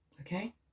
Okay